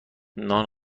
نان